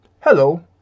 Hello